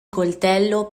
coltello